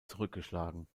zurückgeschlagen